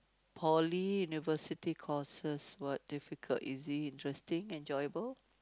Poly University courses what difficult easy is it interesting enjoyable